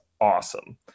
awesome